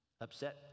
upset